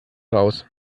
raus